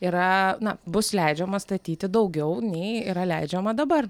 yra na bus leidžiama statyti daugiau nei yra leidžiama dabar